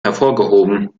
hervorgehoben